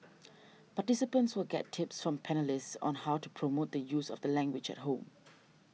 participants will get tips from panellists on how to promote the use of the language at home